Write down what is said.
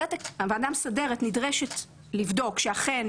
הוועדה המסדרת נדרשת לבדוק שאכן